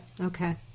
Okay